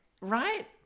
right